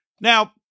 Now